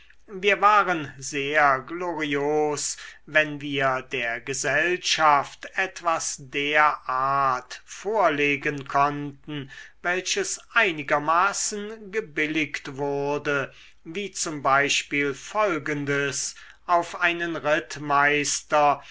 wir waren sehr glorios wenn wir der gesellschaft etwas der art vorlegen konnten welches einigermaßen gebilligt wurde wie z b folgendes auf einen